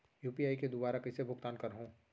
UPI के दुवारा कइसे भुगतान करहों?